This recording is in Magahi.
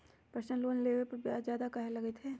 पर्सनल लोन लेबे पर ब्याज ज्यादा काहे लागईत है?